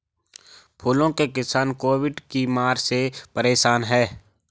फूलों के किसान कोविड की मार से परेशान है